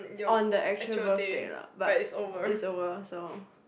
on the actual birthday lah but it's over so